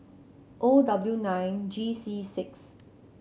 O W nine G C six